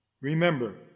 Remember